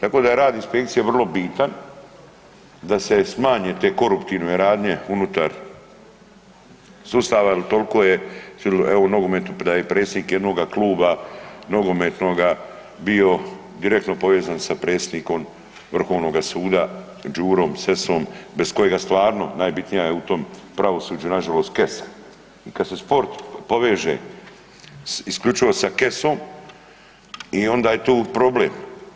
Tako da je rad inspekcije vrlo bitan, da se smanje te koruptivne radnje unutar sustava jel toliko je, evo i u nogometu da je predsjednik jednoga kluba nogometnoga bio direktno povezan sa predsjednikom Vrhovnoga suda Đurom Sessom bez kojega stvarno najbitnija je u tom pravosuđu nažalost kesa i kad se sport poveže isključivo sa kesom i onda je tu problem.